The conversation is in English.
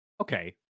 Okay